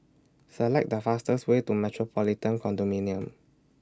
Select The fastest Way to Metropolitan Condominium